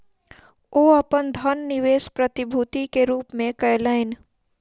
ओ अपन धन निवेश प्रतिभूति के रूप में कयलैन